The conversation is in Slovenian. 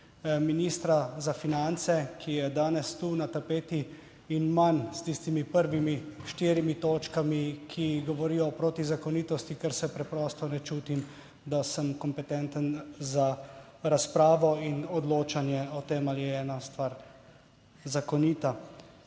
ministra za finance, ki je danes tu na tapeti in manj s tistimi prvimi štirimi točkami, ki govorijo o protizakonitosti, ker se preprosto ne čutim, da sem kompetenten za razpravo in odločanje o tem ali je ena stvar zakonita.